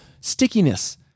stickiness